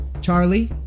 Charlie